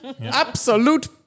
Absolute